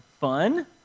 Fun